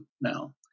now